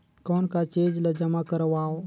कौन का चीज ला जमा करवाओ?